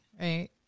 Right